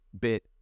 bit